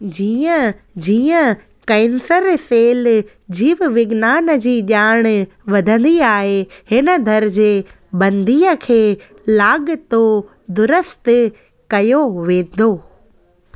जीअं जीअं cancer cell जीव विज्ञानु जी ॼाण वधंदी आहे हिन दर्जे बंदीअ खे लाॻितो दुरुस्तु कयो वेंदो